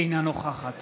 אינה נוכחת